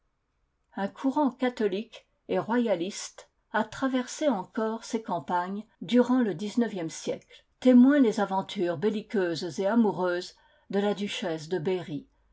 un courant catholique et royaliste a tra versé encore ces campagnes durant le dix-neuvième siècle témoin les aventures belliqueuses et amoureuses de la duchesse de berry